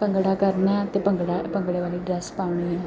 ਭੰਗੜਾ ਕਰਨਾ ਹੈ ਅਤੇ ਭੰਗੜਾ ਭੰਗੜੇ ਵਾਲੀ ਡਰੈੱਸ ਪਾਉਣੀ ਹੈ